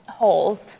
holes